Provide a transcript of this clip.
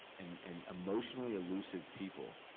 and and emotionally elusive people,